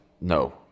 no